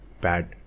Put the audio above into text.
bad